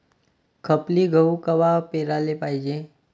खपली गहू कवा पेराले पायजे?